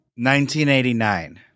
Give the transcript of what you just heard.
1989